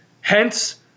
Hence